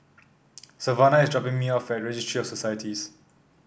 Savannah is dropping me off at Registry of Societies